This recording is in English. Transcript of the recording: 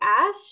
Ash